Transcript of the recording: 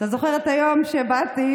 אדוני היושב-ראש,